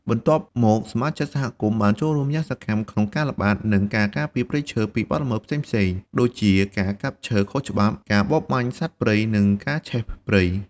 បន្ទាប់មក សមាជិកសហគមន៍បានចូលរួមយ៉ាងសកម្មក្នុងការល្បាត និងការការពារព្រៃឈើពីបទល្មើសផ្សេងៗដូចជាការកាប់ឈើខុសច្បាប់ ការបរបាញ់សត្វព្រៃ និងការឆេះព្រៃ។